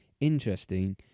interesting